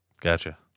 Gotcha